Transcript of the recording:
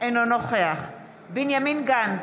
אינו נוכח בנימין גנץ,